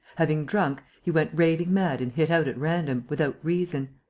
having drunk, he went raving mad and hit out at random, without reason.